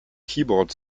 keyboard